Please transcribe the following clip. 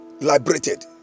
liberated